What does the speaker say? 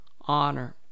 honor